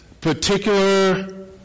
particular